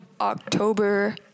October